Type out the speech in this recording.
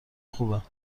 خوبه